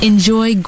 Enjoy